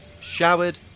showered